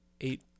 eight